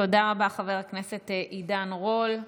תודה רבה, חבר הכנסת עידן רול.